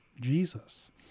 Jesus